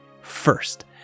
First